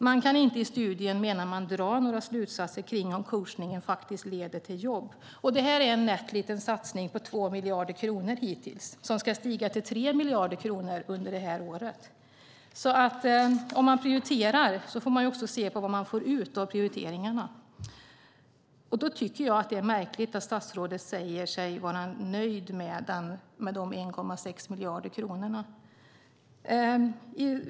Det går inte att dra några slutsatser när det gäller om coachningen leder till jobb, menar man i studien. Detta är en nätt liten satsning på 2 miljarder kronor hittills, som ska stiga till 3 miljarder kronor under detta år. Om man prioriterar får man också se på vad man får ut av prioriteringarna. Därför tycker jag att det är märkligt att statsrådet säger sig vara nöjd med de 1,6 miljarder kronorna.